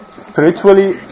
spiritually